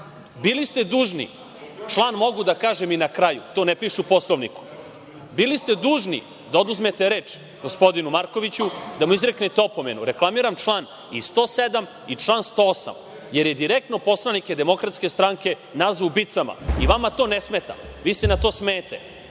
mi to ubili? Član mogu da kažem i na kraju, to ne piše u Poslovniku, bili ste dužni da oduzmete reč gospodinu Markoviću, da mu izreknete opomenu. Reklamiram član i 107. i član 108. jer je direktno poslanike DS-a nazvao ubicama. Vama to ne smeta, vi se na to smejete.